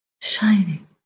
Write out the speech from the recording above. shining